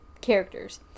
characters